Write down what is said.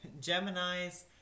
Geminis